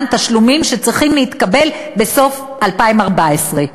תשלומים שצריכים להתקבל בסוף 2014,